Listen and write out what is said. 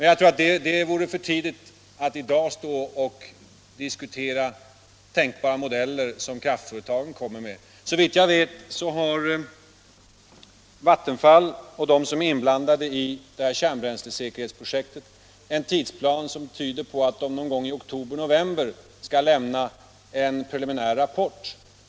Jag tror att det är för tidigt att i dag stå och diskutera tänkbara modeller som kraftföretagen kommer med. Såvitt jag vet har Vattenfall och de som är inblandade i kärnbränslesäkerhetsprojektet en tidsplan som tyder 67 på att de någon gång i oktober-november skall lämna en preliminär rapport.